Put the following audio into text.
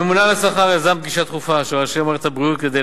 הממונה על השכר יזם פגישה דחופה של ראשי מערכת הבריאות כדי